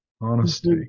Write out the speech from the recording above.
honesty